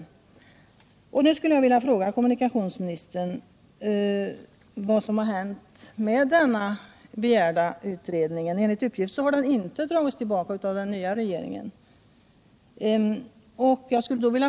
Nu skulle jag vilja fråga kommunikationsministern vad som har hänt med den utredningen. Enligt uppgift har den inte dragits tillbaka av den nya regeringen.